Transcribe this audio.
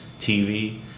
TV